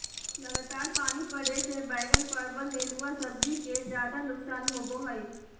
लगातार पानी पड़े से बैगन, परवल, नेनुआ सब्जी के ज्यादा नुकसान होबो हइ